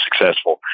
successful